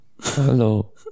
Hello